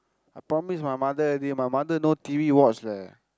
I promise my mother already my mother no T_V watch leh